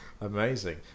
Amazing